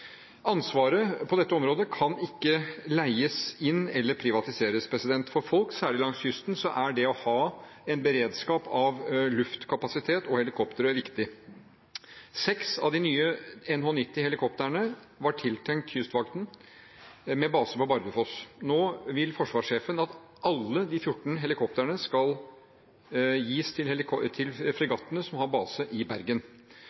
Ansvaret på dette området kan ikke leies inn eller privatiseres. For folk, særlig langs kysten, er det å ha en beredskap av luftkapasitet og helikoptre viktig. Seks av de nye NH90-helikoptrene var tiltenkt Kystvakten med base på Bardufoss. Nå vil forsvarssjefen at alle de 14 helikoptrene skal gis til fregattene, som har base i Bergen.